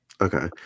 Okay